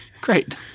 Great